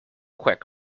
quick